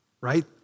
right